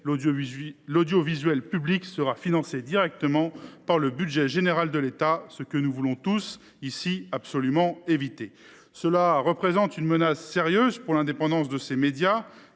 l’audiovisuel public sera financé directement par le budget général de l’État, ce que nous voulons tous absolument éviter. Il s’agit d’une menace sérieuse pour l’indépendance de ces médias,